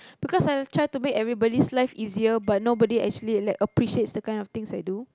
because I will try to make everybody's life easier but nobody actually like appreciates the kind of things I do